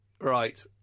Right